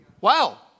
Wow